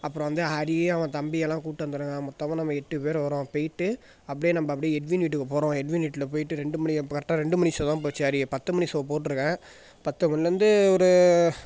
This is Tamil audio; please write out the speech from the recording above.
அப்புறம் வந்து ஹரி அவன் தம்பியெல்லாம் கூட்டு வந்துடுங்க மொத்தமாக நம்ம எட்டு பேர் வரோம் போயிட்டு அப்படியே நம்ப அப்படியே எட்வின் வீட்டுக்கு போகிறோம் எட்வின் வீட்டில் போயிட்டு ரெண்டு மணி அப்போ கரெக்டாக ரெண்டு மணி ஷோ தான் போச்சு ஹரி பத்து மணி ஷோ போட்டிருக்கேன் பத்து மணிலேருந்து ஒரு